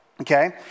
okay